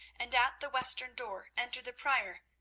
and at the western door entered the prior,